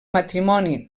matrimoni